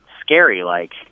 scary-like